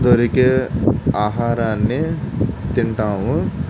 దొరికే ఆహారాన్ని తింటాము